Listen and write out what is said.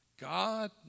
God